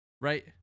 Right